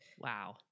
Wow